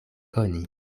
koni